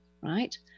right